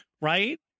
Right